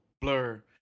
blur